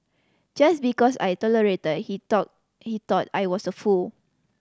just because I tolerated he thought he thought I was a fool